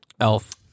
Elf